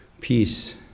peace